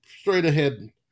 straight-ahead